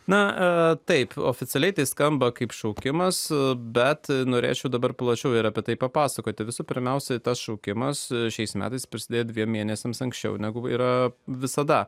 na taip oficialiai tai skamba kaip šaukimas bet norėčiau dabar plačiau ir apie tai papasakoti visų pirmiausia tas šaukimas šiais metais prisidėjo dviem mėnesiams anksčiau negu yra visada